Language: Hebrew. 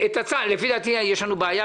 לפי דעתי יש לנו בעיה,